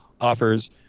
offers